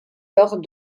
lors